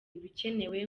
ibikenewe